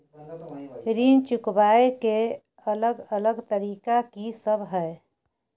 ऋण चुकाबय के अलग अलग तरीका की सब हय?